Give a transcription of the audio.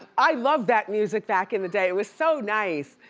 i love that music back in the day, it was so nice.